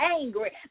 angry